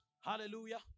Hallelujah